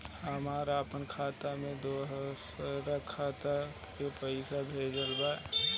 हमरा आपन खाता से दोसरा खाता में पइसा भेजे के बा